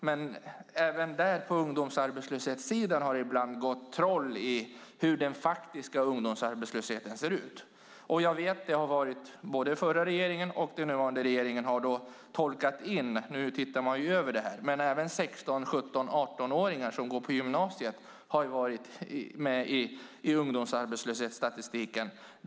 Men även på ungdomsarbetslöshetssidan har det ibland gått troll i hur den faktiska ungdomsarbetslösheten ser ut. Både den förra regeringen och den nuvarande regeringen har tolkat in att man nu ser över detta. Men även 16-, 17 och 18-åringar som går på gymnasiet har varit med i ungdomsarbetslöshetsstatistiken.